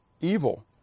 evil